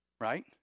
right